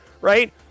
right